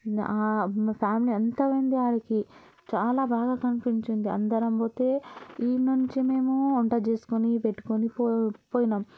ఇంకా మా ఫ్యామిలీ అంతా ఉంది ఆలికి చాలా బాగా కనిపించింది అందరం పోతే ఇక్కడ నుంచినేమో వంట చేసుకొని పెట్టుకుని పోయినాం